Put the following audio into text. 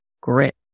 grit